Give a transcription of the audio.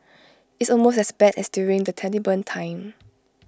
it's almost as bad as during the Taliban time